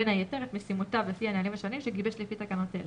בין היתר את משימותיו לפי הנהלים השונים שגיבש לפי תקנות אלה,